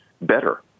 better